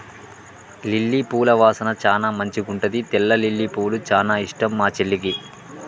lily పూల వాసన చానా మంచిగుంటది తెల్ల లిల్లీపూలు చానా ఇష్టం మా చెల్లికి